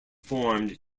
formed